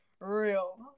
real